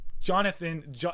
jonathan